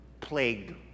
plagued